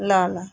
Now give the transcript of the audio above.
ल ल